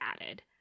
added